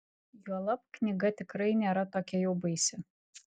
juolab knyga tikrai nėra tokia jau baisi